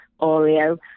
Oreo